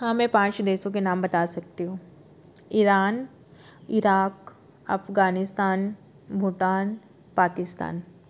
हाँ मैं पाँच देशों के नाम बता सकती हूँ ईरान इराक अफगानिस्तान भूटान पाकिस्तान